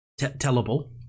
tellable